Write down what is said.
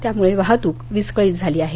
त्यामूळे वाहतूक विस्कळीत झाली आहे